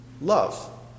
Love